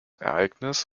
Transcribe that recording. ereignis